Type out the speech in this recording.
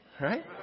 right